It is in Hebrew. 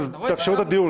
אז תאפשרו את הדיון.